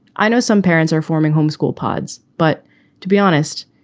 i know some parents are forming homeschool pods, but to be honest,